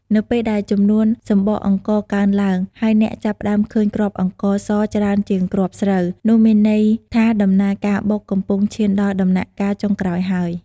នៅពេលដែលចំនួនសម្បកអង្ករកើនឡើង ហើយអ្នកចាប់ផ្តើមឃើញគ្រាប់អង្ករសច្រើនជាងគ្រាប់ស្រូវ នោះមានន័យថាដំណើរការបុកកំពុងឈានដល់ដំណាក់កាលចុងក្រោយហើយ។